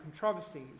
controversies